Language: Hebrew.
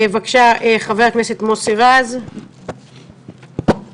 חבר הכנסת מוסי רז, בבקשה.